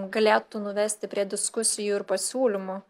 galėtų nuvesti prie diskusijų ir pasiūlymų